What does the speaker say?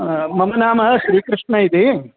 मम नाम श्रीकृष्णः इति